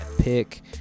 pick